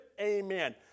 amen